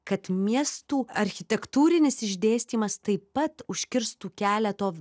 kad miestų architektūrinis išdėstymas taip pat užkirstų kelią to